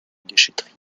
déchèterie